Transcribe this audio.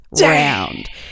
round